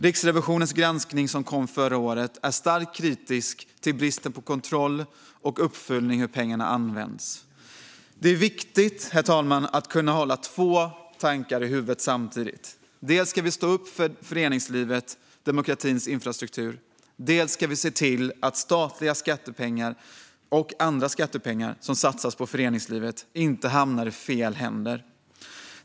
Riksrevisionens granskning, som kom förra året, är starkt kritisk mot bristen på kontroll och uppföljning av hur pengarna används. Det är viktigt att kunna hålla två tankar i huvudet samtidigt. Dels ska vi stå upp för föreningslivet, som är demokratins infrastruktur, dels ska vi se till att skattepengar som satsas på föreningslivet inte hamnar i fel händer.